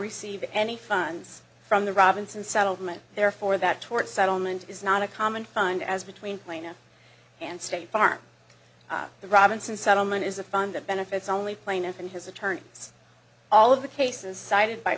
receive any funds from the robinson settlement therefore that tort settlement is not a common fund as between plaintiff and state farm the robinson settlement is a fund that benefits only plaintiff and his attorney it's all of the cases cited by